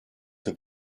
have